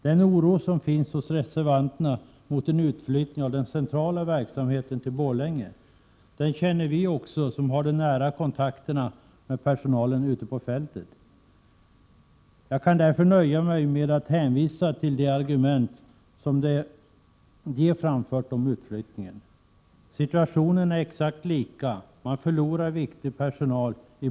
Den oro som finns hos reservanterna inför en utflyttning av den centrala verksamheten till Borlänge känner också vi som har de nära kontakterna med personalen ute på fältet. Jag kan därför nöja mig med att hänvisa till de argument som personalen har framfört mot en utflyttning. Situationen är exakt likadan i båda fallen, man förlorar viktig personal.